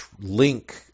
link